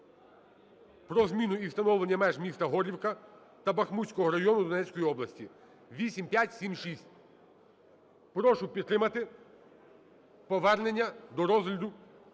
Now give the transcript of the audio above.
про зміну і встановлення меж міста Горлівки та Бахмутського району Донецької області (8576). Прошу підтримати повернення до розгляду